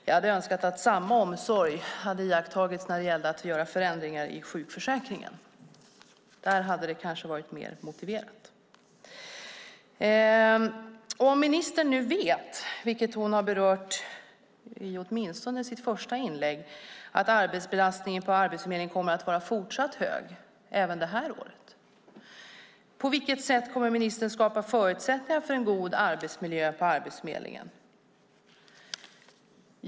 Jag hade önskat att samma omsorg hade iakttagits när det gällde att göra förändringar i sjukförsäkringen. Där hade det kanske varit mer motiverat. Om ministern nu vet, vilket hon har berört i åtminstone sitt första inlägg, att arbetsbelastningen på Arbetsförmedlingen kommer att vara fortsatt hög även det här året, på vilket sätt kommer då ministern att skapa förutsättningar för en god arbetsmiljö på Arbetsförmedlingen?